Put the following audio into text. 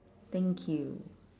thank you